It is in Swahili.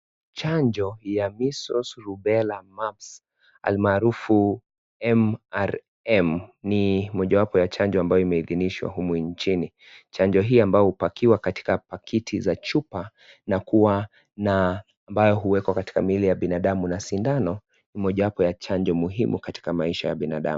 Chanjo ya measles , Rubella, mumps almarufu MRM ni mojawapo ya chanjo ambayo imeidhinishwa humu nchini. Chanjo hii ambayo hupakiwa katika pakiti za chupa na kuwa na ambayo huwekwa katika miili ya binadamu na sindano ni mojawapo ya chanjo muhimu katika maisha ya binadamu.